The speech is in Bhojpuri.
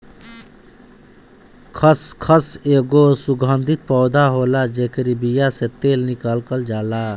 खसखस एगो सुगंधित पौधा होला जेकरी बिया से तेल निकालल जाला